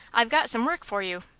i've got some work for you.